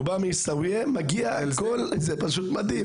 זה פשוט מדהים.